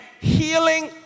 healing